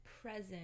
present